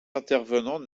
intervenants